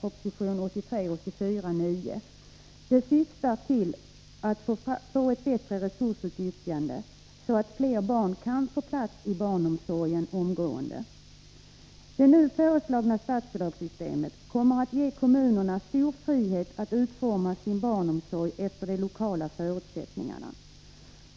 proposition 1983/84:9 och som vi nu behandlar syftar till att få till stånd ett bättre resursutnyttjande, så att fler barn omgående kan få plats i barnomsorgen. Det nu föreslagna statsbidragssystemet kommer att ge kommunerna stor frihet att utforma sin barnomsorg efter de lokala förutsättningarna.